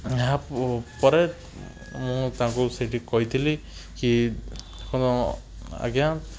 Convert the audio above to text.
ଏହା ପରେ ମୁଁ ତାଙ୍କୁ ସେଇଠି କହିଥିଲି କି ହଁ ଆଜ୍ଞା